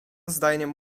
zdaniem